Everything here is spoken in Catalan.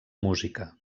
música